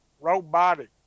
robotic